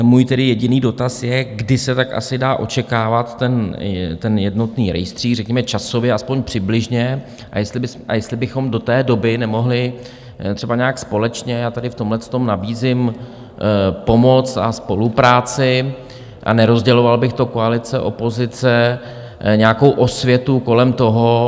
Můj tedy jediný dotaz je, kdy se tak asi dá očekávat ten jednotný rejstřík, řekněme časově, aspoň přibližně, a jestli bychom do té doby nemohli třeba nějak společně, já v tady tomhletom nabízím pomoc a spolupráci, a nerozděloval bych to koalice opozice, nějakou osvětu kolem toho.